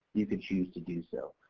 you can choose to do so.